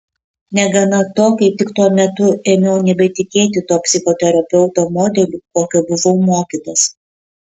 negana to kaip tik tuo metu ėmiau nebetikėti tuo psichoterapeuto modeliu kokio buvau mokytas